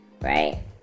Right